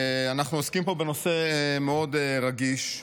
אנחנו עוסקים פה בנושא מאוד רגיש.